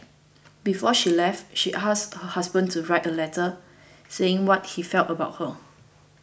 before she left she asked her husband to write a letter saying what he felt about her